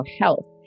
health